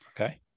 Okay